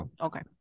okay